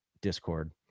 discord